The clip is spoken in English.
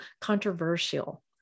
controversial